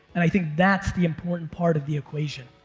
and i think that's the important part of the equation.